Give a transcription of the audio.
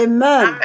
Amen